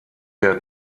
der